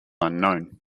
unknown